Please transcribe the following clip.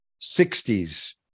60s